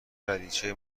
دریچه